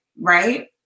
right